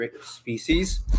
species